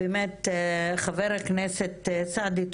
חבר הכנסת סעדי,